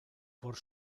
por